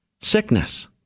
Sickness